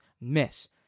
miss